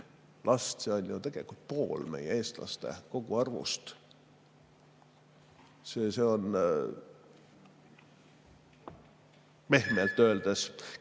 last, see on ju tegelikult pool eestlaste koguarvust. See on pehmelt öeldes genotsiid.